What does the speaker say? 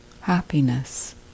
happiness